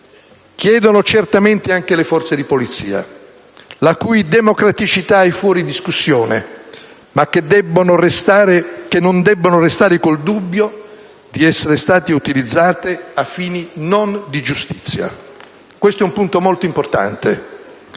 chiedono certamente anche le forze di polizia, la cui democraticità è fuori discussione, le quali però non debbono restare con il dubbio di essere state utilizzate a fini non di giustizia. Questo è un punto molto importante.